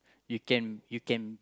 you can you can